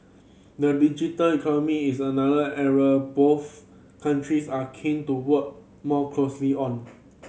the digital economy is another area both countries are keen to work more closely on